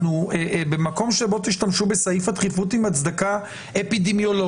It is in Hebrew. אנחנו במקום שבו תשתמשו בסעיף הדחיפות עם הצדקה אפידמיולוגית,